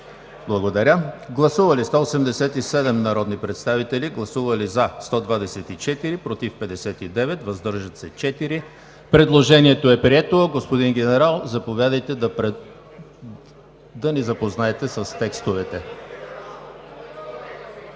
Законопроекта. Гласували 187 народни представители: за 124, против 59, въздържали се 4. Предложението е прието. Господин Генерал, заповядайте да ни запознаете с текстовете.